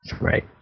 right